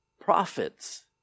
prophets